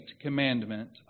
commandment